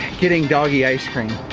getting doggy ice-cream,